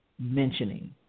mentioning